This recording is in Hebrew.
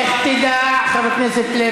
יש לי, איך תדע, חבר הכנסת לוי?